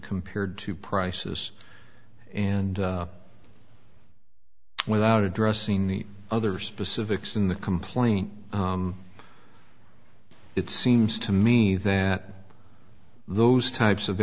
compared to prices and without addressing the other specifics in the complaint it seems to me that those types of